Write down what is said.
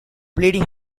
bleeding